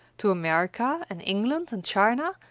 to america, and england, and china,